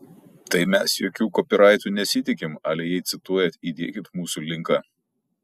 tai mes jokių kopyraitų nesitikim ale jei cituojat įdėkit mūsų linką